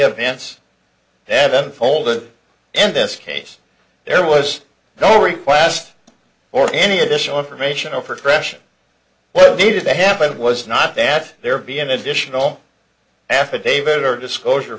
events that unfolded in this case there was no request for any additional information or progression needed to happen it was not that there be an additional affidavit or disclosure